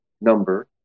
Number